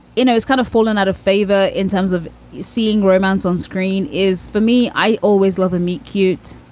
you know, it's kind of fallen out of favor in terms of seeing romance on screen is for me. i always love a meet. cute.